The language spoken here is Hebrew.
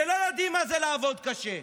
שלא יודעים מה זה לעבוד קשה,